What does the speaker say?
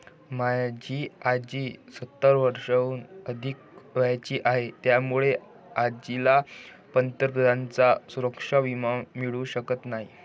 माझी आजी सत्तर वर्षांहून अधिक वयाची आहे, त्यामुळे आजीला पंतप्रधानांचा सुरक्षा विमा मिळू शकत नाही